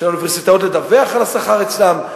של האוניברסיטאות לדווח על השכר אצלם,